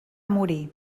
morir